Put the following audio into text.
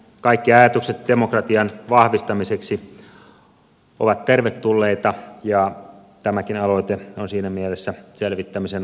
kaikki ajatukset demokratian vahvistamiseksi ovat tervetulleita ja tämäkin aloite on siinä mielessä selvittämisen arvoinen